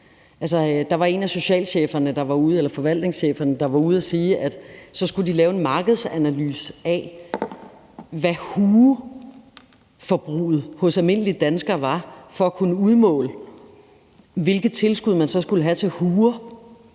eller forvaltningscheferne, der var ude at sige, at de skulle lave en markedsanalyse af, hvad hueforbruget var hos almindelige danskere, for så at kunne udmåle, hvilke tilskud man så skulle have til huer,